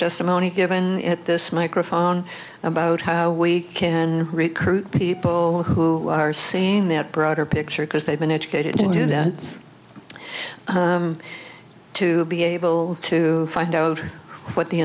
just a moment given at this microphone about how we can recruit people who are saying that broader picture because they've been educated to do that to be able to find out what the